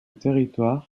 territoire